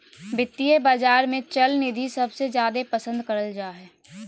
वित्तीय बाजार मे चल निधि सबसे जादे पसन्द करल जा हय